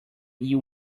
you